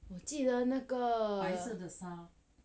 我记得那个